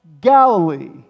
Galilee